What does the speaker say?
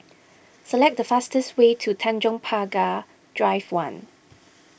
select the fastest way to Tanjong Pagar Drive one